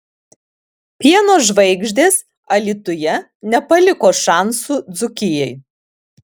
pieno žvaigždės alytuje nepaliko šansų dzūkijai